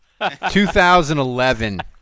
2011